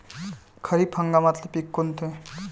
खरीप हंगामातले पिकं कोनते?